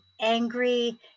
angry